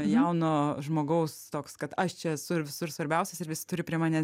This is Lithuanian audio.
jauno žmogaus toks kad aš čia esu ir visur svarbiausias ir visi turi prie manęs